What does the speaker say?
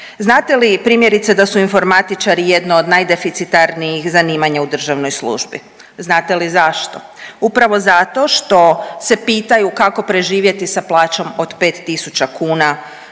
Znate li primjerice da su informatičari jedno od najdeficitarnijih zanimanja u državnoj službi? Znate li zašto? Upravo zato što se pitaju kako preživjeti sa plaćom od 5000 kuna